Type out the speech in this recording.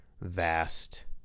vast